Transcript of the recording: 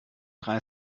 drei